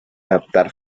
adaptar